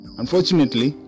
unfortunately